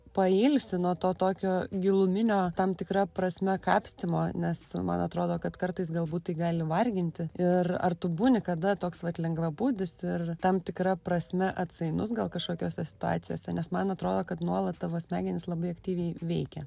pailsi nuo to tokio giluminio tam tikra prasme kapstymo nes man atrodo kad kartais galbūt tai gali varginti ir ar tu būni kada toks vat lengvabūdis ir tam tikra prasme atsainus gal kažkokiose situacijose nes man atrodo kad nuolat tavo smegenys labai aktyviai veikia